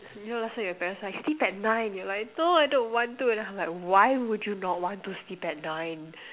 you know last time your parents like sleep at nine you're like no I don't want to I'm like why would you not want to sleep at nine